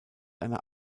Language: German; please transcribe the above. einer